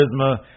charisma